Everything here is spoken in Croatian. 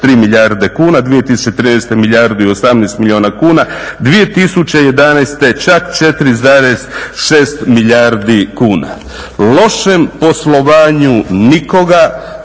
3,3 milijarde kuna, 2013. milijardu i 18 milijuna kuna, 2011. čak 4,6 milijardi kuna. Lošem poslovanju nikoga